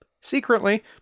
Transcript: secretly